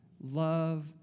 love